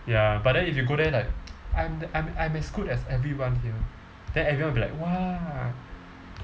ya but then if you go there like I'm I'm I'm as good as everyone here then everyone will be like !wah!